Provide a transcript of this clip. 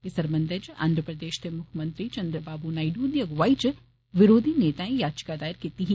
इस सरबंधै च आंध्र प्रदेश दे मुक्खमंत्री चंद्रबाबू नायडू हुंदी अगुवाई च विरोधी नेताएं याचिका दायर कीती ही